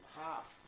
half